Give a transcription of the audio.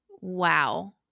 Wow